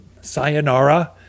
Sayonara